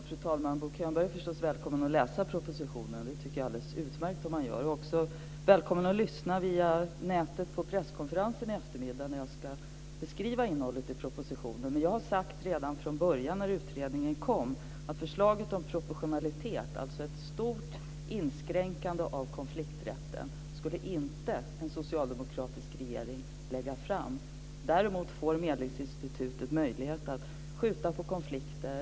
Fru talman! Bo Könberg är förstås välkommen att läsa propositionen. Det tycker jag att det är alldeles utmärkt om han gör. Han är också välkommen att lyssna via nätet på presskonferensen i eftermiddag när jag ska beskriva innehållet i propositionen. Men jag sade redan från början när utredningen kom att förslaget om proportionalitet, alltså ett stort inskränkande av konflikträtten, skulle inte en socialdemokratisk regering lägga fram. Däremot får medlingsinstitutet möjlighet att skjuta på konflikter.